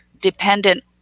dependent